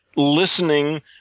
listening